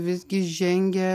visgi žengia